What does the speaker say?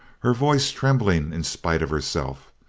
her voice trembling in spite of herself.